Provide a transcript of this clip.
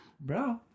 bro